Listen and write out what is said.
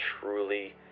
truly